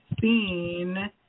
seen